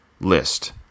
list